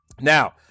Now